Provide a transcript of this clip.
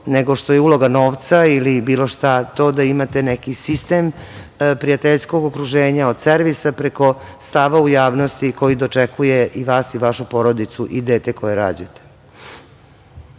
nego što je uloga novca ili bilo šta, to da imate neki sistem prijateljskog okruženja od servisa preko stava u javnosti koji dočekuje i vas i vašu porodicu i dete koje rađate.